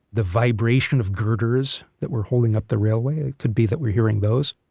the vibration of girders that were holding up the railway. it could be that we're hearing those.